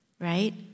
right